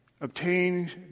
obtain